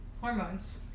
hormones